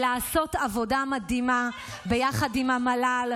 ולעשות עבודה מדהימה ביחד עם המל"ל,